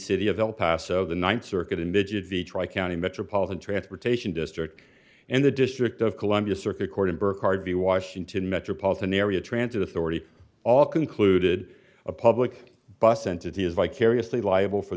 city of el paso the ninth circuit image of the tri county metropolitan transportation district in the district of columbia circuit court in burke harvey washington metropolitan area transit authority all concluded a public bus entity is vicariously liable for